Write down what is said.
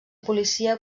policia